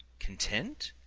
content?